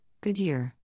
Goodyear